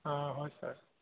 অঁ হয় ছাৰ